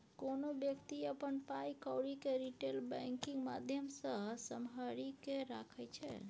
कोनो बेकती अपन पाइ कौरी केँ रिटेल बैंकिंग माध्यमसँ सम्हारि केँ राखै छै